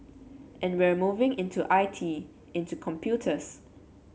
and we're moving into I T into computers